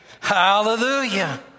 hallelujah